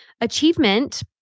Achievement